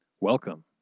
Welcome